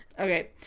Okay